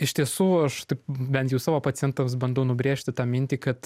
iš tiesų aš taip bent jau savo pacientams bandau nubrėžti tą mintį kad